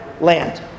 land